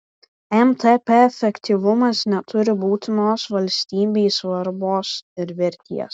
mtp efektyvumas neturi būtinos valstybei svarbos ir vertės